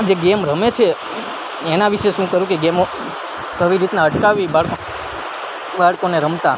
જે જેમ રમે છે એના વિશે શું કરવું કે ગેમો કેવી રીતના અટકાવી બાળકોને રમતા